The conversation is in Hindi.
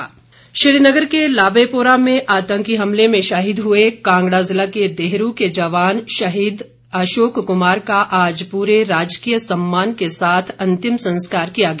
शहीद विदाई श्रीनगर के लावेपोरा में आतंकी हमले में शहीद हुए कांगड़ा जिला के देहरू के जवान अशोक कुमार का आज पूरे राजकीय सम्मान के साथ अंतिम संस्कार किया गया